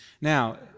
Now